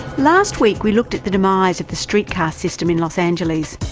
last week we looked at the demise of the street car system in los angeles.